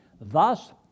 Thus